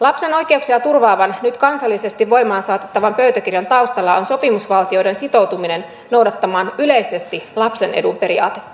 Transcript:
lapsen oikeuksia turvaavan nyt kansallisesti voimaan saatettavan pöytäkirjan taustalla on sopimusvaltioiden sitoutuminen noudattamaan yleisesti lapsen edun periaatetta